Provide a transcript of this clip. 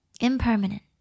impermanent